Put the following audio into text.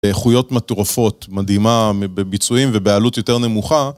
איכויות מטורפות, מדהימה בביצועים ובעלות יותר נמוכה